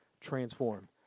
Transform